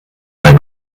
weil